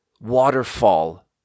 waterfall